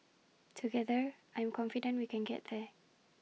together I'm confident we can get there